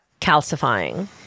calcifying